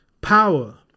power